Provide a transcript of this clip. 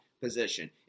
position